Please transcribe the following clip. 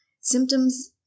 symptoms